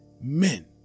Men